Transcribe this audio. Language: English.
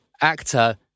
actor